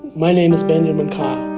my name is benjamin kyle.